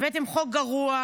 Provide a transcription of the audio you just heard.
הבאתם חוק גרוע.